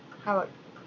how about